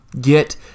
get